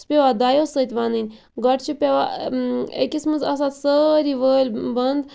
پیٚوان دۄیَو سۭتۍ وَننۍ گۄڈٕ چھِ پیٚوان أکِس مَنٛز آسان سٲری وٲلۍ بَنٛد